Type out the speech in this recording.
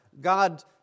God